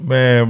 Man